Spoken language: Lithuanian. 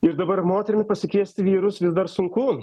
ir dabar moterim pasikviesti vyrus vis dar sunku